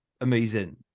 amazing